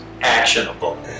actionable